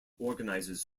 organizes